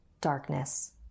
darkness